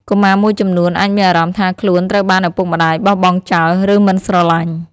កុមារមួយចំនួនអាចមានអារម្មណ៍ថាខ្លួនត្រូវបានឪពុកម្ដាយបោះបង់ចោល ឬមិនស្រឡាញ់។